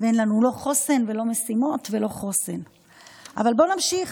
ואין לנו לא חוסן ולא משימות, אבל בואו נמשיך.